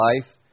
life